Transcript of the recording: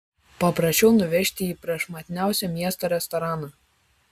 paprašiau nuvežti į prašmatniausią miesto restoraną